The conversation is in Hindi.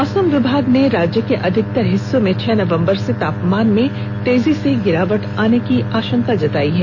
मौसम विभाग ने राज्य के अधिकतर हिस्सों में छह नवम्बर से तापमान में तेजी से गिरावट आने की आशंका जताई है